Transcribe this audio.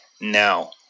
now